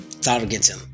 targeting